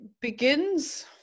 begins